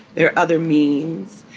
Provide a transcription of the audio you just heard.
are other means.